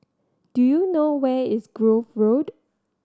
do you know where is Grove Road